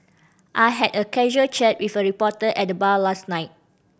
I had a casual chat with a reporter at the bar last night